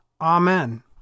Amen